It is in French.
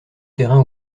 terrain